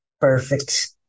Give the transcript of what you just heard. perfect